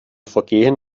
vergehen